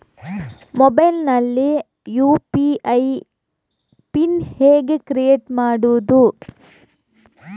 Mobile ನಲ್ಲಿ UPI pin ಹೇಗೆ create ಮಾಡುವುದು?